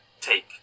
take